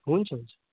हुन्छ हुन्छ